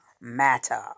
matter